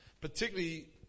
particularly